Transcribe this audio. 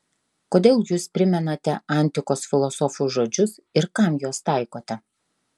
kodėl jūs primenate antikos filosofų žodžius ir kam juos taikote